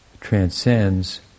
transcends